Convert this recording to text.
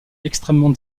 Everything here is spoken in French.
extrêmement